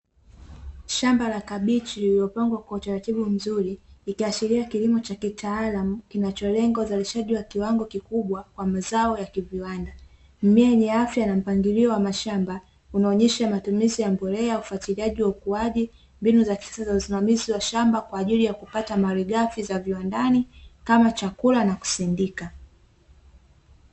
Shamba la kabichi lililopangwa kwa utaratibu mzuri likiashiria kilimo cha kitaalamu kinacholenga uzalishaji wa kiwango kikubwa kwa mazao ya kiviwanda. Mmea yenye afya na mpangilio wa mashamba unaonyesha matumizi ya mbolea, ufuatiliaji wa ukuaji, mbinu za kisasa za usimamizi wa shamba kwa ajili ya kupata malighafi za viwandani kama chakula na kusindika.